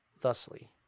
thusly